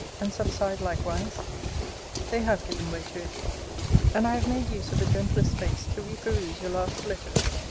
and subside likewise they have given way to it and i have made use of the gentler space to re-peruse your last letters.